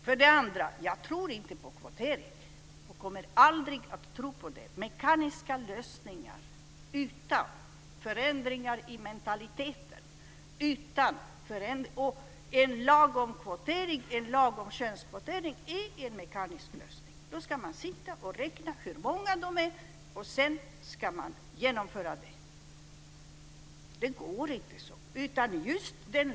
För det andra tror jag inte på kvotering och kommer aldrig att tro på mekaniska lösningar utan förändringar i mentaliteten, och en lagom könskvotering är en mekanisk lösning. Då ska man sitta och räkna hur många de är och sedan ska man genomföra detta. Det går inte att göra så.